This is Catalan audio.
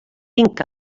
tinc